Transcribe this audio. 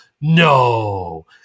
no